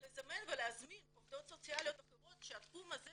גם לזמן ולהזמין עובדות סוציאליות אחרות כדי שהתחום הזה